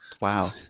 Wow